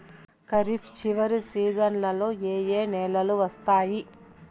ఖరీఫ్ చివరి సీజన్లలో ఏ ఏ నెలలు వస్తాయి